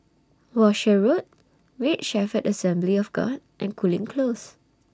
Walshe Road Great Shepherd Assembly of God and Cooling Close